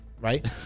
Right